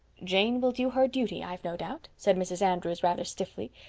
jane will do her duty, i've no doubt, said mrs. andrews rather stiffly.